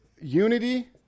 unity